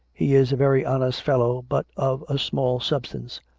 he is a very honest fel low, but of a small substance,